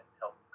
help